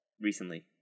recently